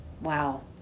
Wow